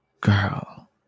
girl